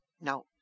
No